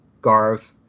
Garv